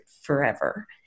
forever